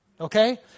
Okay